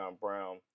Brown